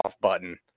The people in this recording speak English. button